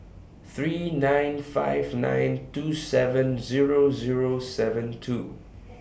three nine five nine two seven Zero Zero seven two